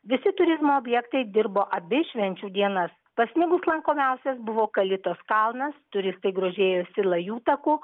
visi turizmo objektai dirbo abi švenčių dienas pasnigus lankomiausias buvo kalitos kalnas turistai grožėjosi lajų taku